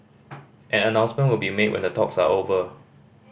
an announcement will be made when the talks are over